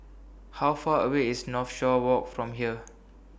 How Far away IS Northshore Walk from here